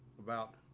about